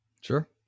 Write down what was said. sure